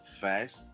fast